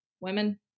women